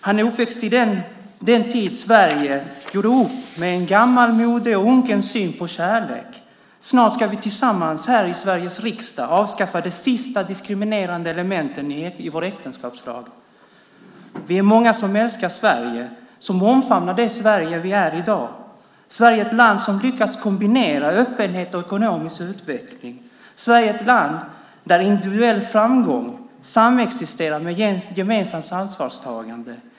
Han är uppväxt i den tid då Sverige gjorde upp med en gammalmodig och unken syn på kärlek. Snart ska vi tillsammans här i Sveriges riksdag avskaffa de sista diskriminerande elementen i vår äktenskapslag. Vi är många som älskar Sverige, som omfamnar det Sverige som vi i dag är. Sverige är ett land som lyckats kombinera öppenhet och ekonomisk utveckling. Sverige är ett land där individuell framgång samexisterar med gemensamt ansvarstagande.